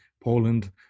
Poland